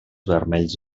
vermells